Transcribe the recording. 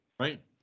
right